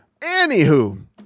Anywho